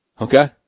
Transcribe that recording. Okay